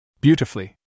Beautifully